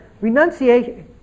renunciation